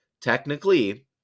technically